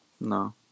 No